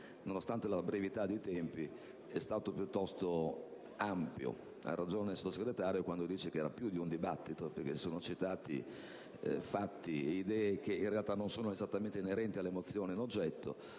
nonostante la brevità dei tempi, è stato piuttosto ampio. Ha ragione il Sottosegretario quando dice che è stato più di un dibattito, perché sono stati citati fatti e idee che in realtà non sono esattamente inerenti alle mozioni in oggetto: